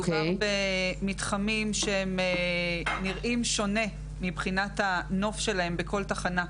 מדובר במתחמים שהם נראים שונה מבחינת הנוף שלהם בכל תחנה,